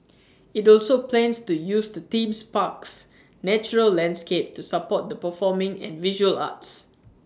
IT also plans to use the theme's park's natural landscape to support the performing and visual arts